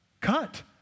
cut